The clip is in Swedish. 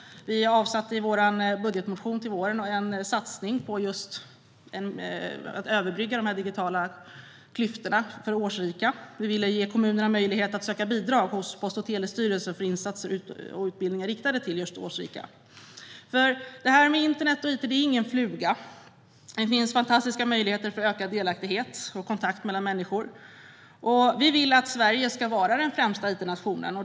Vi gjorde i vår budgetmotion till våren en satsning på att överbrygga de digitala klyftorna för årsrika. Vi ville ge kommunerna möjlighet att söka bidrag hos Post och telestyrelsen för insatser riktade till just årsrika. Detta med internet och it är ingen fluga. Det finns fantastiska möjligheter för ökad delaktighet och kontakt mellan människor. Vi vill att Sverige ska vara den främsta itnationen.